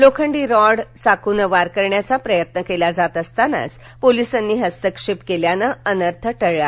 लोखंडी रॉड चाकूनं वार करण्याचा प्रयत्न केला जात असतानाच पोलिसांनी हस्तक्षेप केल्यानं अनर्थ टळला